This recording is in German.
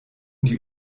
die